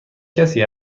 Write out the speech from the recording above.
کسی